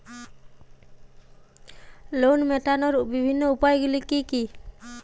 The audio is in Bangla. লোন মেটানোর বিভিন্ন উপায়গুলি কী কী?